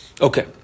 Okay